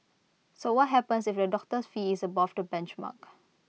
so what happens if A doctor's fee is above the benchmark